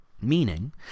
meaning